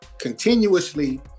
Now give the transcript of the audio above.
continuously